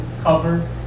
cover